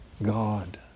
God